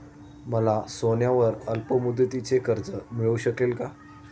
मला सोन्यावर अल्पमुदतीचे कर्ज मिळू शकेल का?